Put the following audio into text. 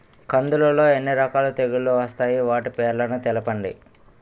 కందులు లో ఎన్ని రకాల తెగులు వస్తాయి? వాటి పేర్లను తెలపండి?